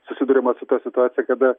susiduriama su ta situacija kada